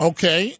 Okay